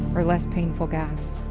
or less painful gas.